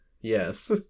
Yes